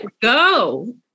go